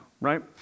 right